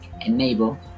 enable